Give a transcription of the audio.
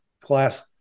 Class